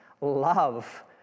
love